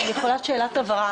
לא הבנתי: